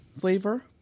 flavor